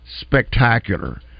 spectacular